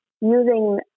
using